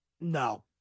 No